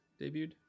debuted